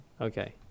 okay